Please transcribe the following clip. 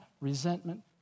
resentment